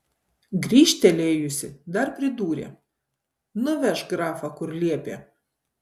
grįžtelėjusi dar pridūrė nuvežk grafą kur liepė